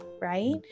right